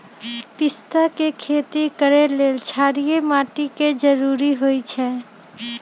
पिस्ता के खेती करय लेल क्षारीय माटी के जरूरी होई छै